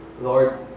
Lord